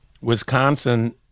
Wisconsin